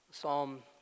Psalm